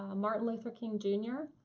ah martin luther king jr.